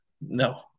No